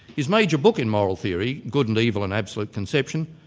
his major book in moral theory, good and evil and absolute conception,